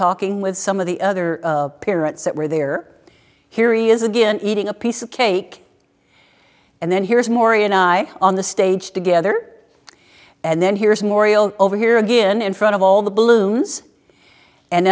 talking with some of the other parents that were there heerey is again eating a piece of cake and then here's maury and i on the stage together and then here's morial over here again in front of all the balloons and